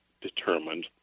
determined